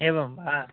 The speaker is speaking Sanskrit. एवं वा